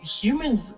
humans